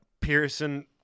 Pearson